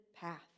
path